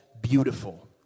Beautiful